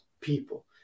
people